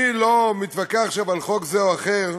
אני לא מתווכח עכשיו על חוק זה או אחר,